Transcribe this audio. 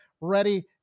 ready